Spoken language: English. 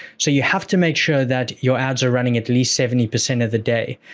so, you have to make sure that your ads are running at least seventy percent of the day.